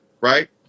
Right